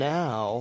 now